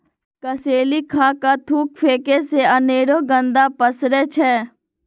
कसेलि खा कऽ थूक फेके से अनेरो गंदा पसरै छै